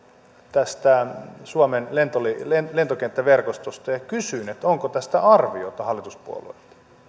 tästä suomen lentokenttäverkostosta ja kysyn hallituspuolueilta onko tästä arviota